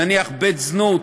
נניח בית-זנות,